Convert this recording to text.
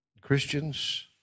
Christians